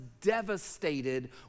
devastated